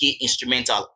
instrumental